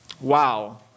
Wow